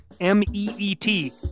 M-E-E-T